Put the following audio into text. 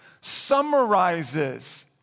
summarizes